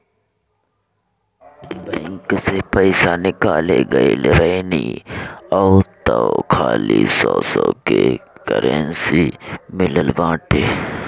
bank से पईसा निकाले गईल रहनी हअ तअ खाली सौ सौ के करेंसी मिलल बाटे